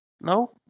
No